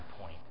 point